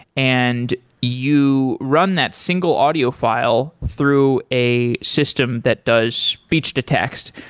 and you run that single audio file through a system that does speech to text.